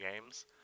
games